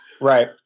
Right